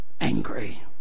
angry